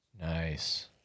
Nice